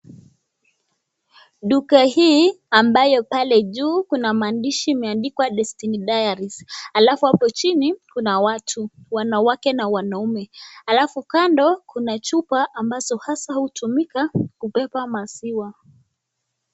Duka hii ambayo pale juu kuna maandishi imeandikwa [destiny diaries] alafu hapo chini kuna watu wanawake na wanaume. Alafu kando kuna chupa ambazo huwa hutumika hasa kubeba maziwa.